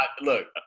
look